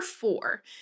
four